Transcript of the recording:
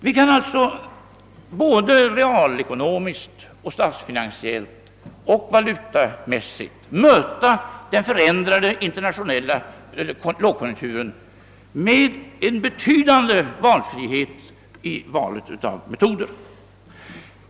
Vi kan alltså såväl realekonomiskt som statsfinansiellt och valutamässigt möta den internationella lågkonjunkturen med en betydande valfrihet i fråga om metoder.